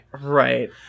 Right